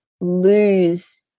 lose